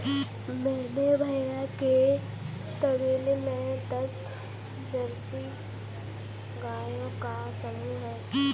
मेरे भैया के तबेले में दस जर्सी गायों का समूह हैं